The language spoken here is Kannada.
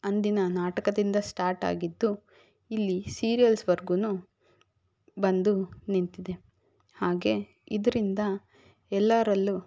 ಅಂದಿನ ನಾಟಕದಿಂದ ಸ್ಟಾರ್ಟ್ ಆಗಿದ್ದು ಇಲ್ಲಿ ಸೀರಿಯಲ್ಸ್ವರ್ಗು ಬಂದು ನಿಂತಿದೆ ಹಾಗೆ ಇದರಿಂದ ಎಲ್ಲರಲ್ಲೂ